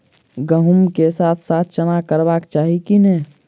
गहुम केँ साथ साथ चना करबाक चाहि की नै?